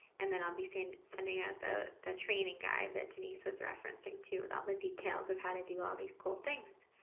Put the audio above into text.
and then i'll be sending out the the training guide that denise was referencing too, with all the details of how to do all these cool things.